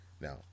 Now